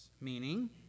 Meaning